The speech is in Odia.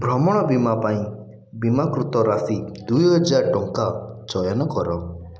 ଭ୍ରମଣ ବୀମା ପାଇଁ ବୀମାକୃତ ରାଶି ଦୁଇ ହଜାର ଟଙ୍କା ଚୟନ କର